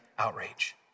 outrage